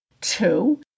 Two